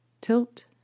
tilt